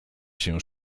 się